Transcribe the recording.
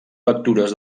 lectures